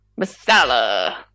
Masala